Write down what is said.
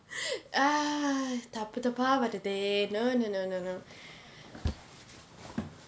ugh தப்பு தப்பா வருதே:thappu thappaa varuthe no no no no no